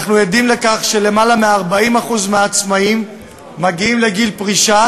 אנחנו עדים לכך שיותר מ-40% מהעצמאים מגיעים לגיל פרישה